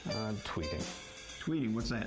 tweeting. tweeting? what's that?